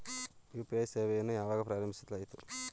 UPI ಸೇವೆಯನ್ನು ಯಾವಾಗ ಪ್ರಾರಂಭಿಸಲಾಯಿತು?